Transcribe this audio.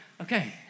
okay